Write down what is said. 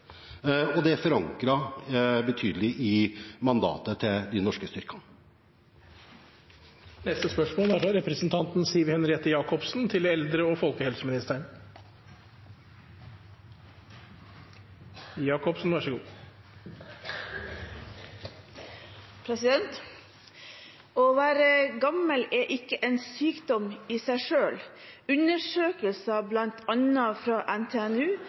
og det er betydelig forankret i mandatet til de norske styrkene. «Å være gammel er ikke en sykdom i seg selv. Undersøkelser, blant annet fra NTNU, viser at med et målrettet treningsprogram kan en